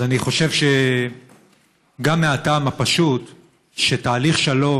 אז אני חושב שגם מהטעם הפשוט שתהליך שלום